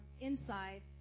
inside